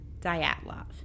Dyatlov